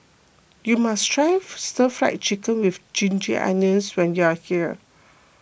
you must try Stir Fry Chicken with Ginger Onions when you are here